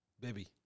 Baby